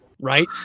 right